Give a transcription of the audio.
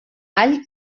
all